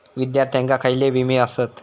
विद्यार्थ्यांका खयले विमे आसत?